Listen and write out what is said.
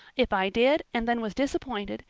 if i did and then was disappointed,